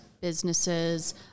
businesses